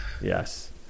yes